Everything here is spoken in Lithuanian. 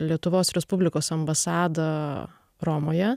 lietuvos respublikos ambasadą romoje